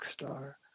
star